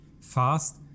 fast